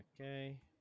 Okay